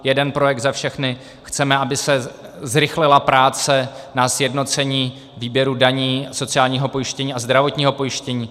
Jeden projekt za všechny chceme, aby se zrychlila práce na sjednocení výběru daní, sociálního pojištění a zdravotního pojištění.